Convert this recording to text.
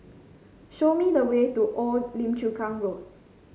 show me the way to Old Lim Chu Kang Road